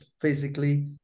physically